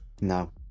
No